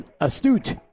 astute